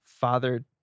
father